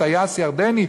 טייס ירדני,